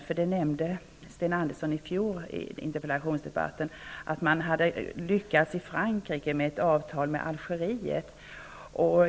Sten Andersson nämnde nämligen vid debatten i fjol att man i Frankrike hade lyckats få till stånd ett avtal med Algeriet.